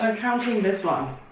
counting this one.